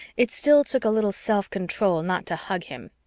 it still took a little self-control not to hug him,